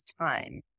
time